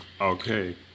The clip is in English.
Okay